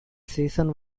season